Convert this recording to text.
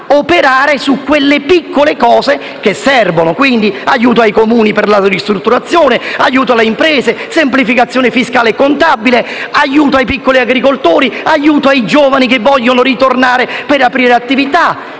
operare sulle piccole cose che servono? Pertanto, aiuto ai Comuni per la ristrutturazione, aiuto alle imprese, semplificazione fiscale e contabile, aiuto ai piccoli agricoltori, aiuto ai giovani che vogliono ritornare per aprire attività: